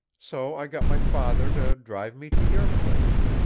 so i got my father to drive me to your place.